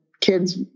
kids